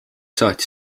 saatis